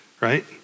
right